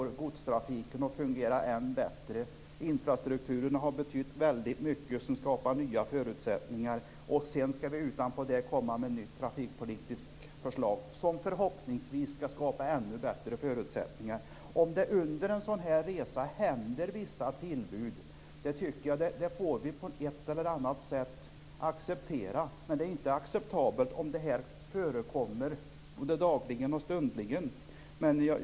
Godstrafiken kommer att fungera ännu bättre. Infrastrukturen har betytt väldigt mycket, och det skapar nya förutsättningar. Sedan skall det ovanpå detta komma ett nytt trafikpolitiskt förslag, som förhoppningsvis skall skapa ännu bättre förutsättningar. Om det under en resa händer vissa tillbud får vi acceptera det på ett eller annat sätt. Men det är inte acceptabelt om det förekommer dagligen och stundligen.